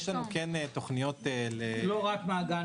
יש לנו תוכניות --- לא רק מעגן מיכאל,